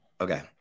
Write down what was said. Okay